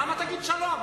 למה תגיד שלום?